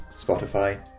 Spotify